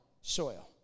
soil